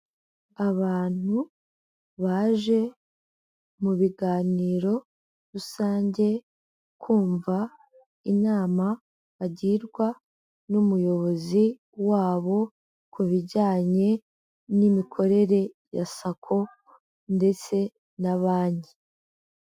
Abantu baje mu biganiro rusange kumva inama bagirwa n'umuyobozi wabo ku bijyanye n'imikorere ya SACCO ndetse na banki.